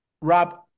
Rob